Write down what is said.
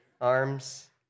arms